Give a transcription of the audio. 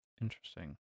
Interesting